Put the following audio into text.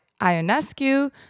Ionescu